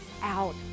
out